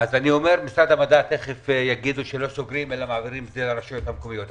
משרד המדע תכף יגידו שלא סוגרים אלא מעבירים לרשויות המקומיות.